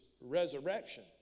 resurrection